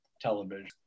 television